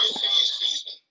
season